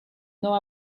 know